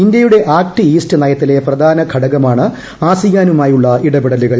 ഇന്ത്യയുടെ act east നയത്തിലെ പ്രധാനഘടകമാണ് ആസിയാനുമായുള്ള ഇടപെടലുകൾ